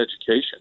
education